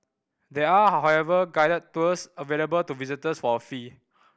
there are however guided tours available to visitors for a fee